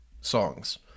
songs